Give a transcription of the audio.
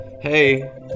Hey